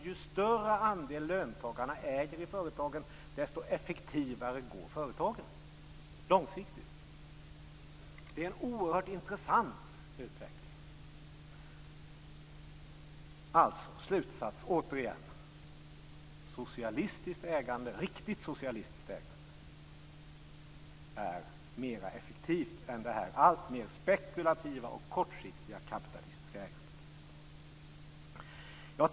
Ju större andel löntagarna äger i företagen, desto effektivare går företagen långsiktigt. Det är en oerhört intressant utveckling. Slutsatsen blir återigen: Socialistiskt ägande - riktigt socialistiskt ägande - är mer effektivt än det alltmer spekulativa och kortsiktiga kapitalistiska ägandet.